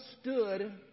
stood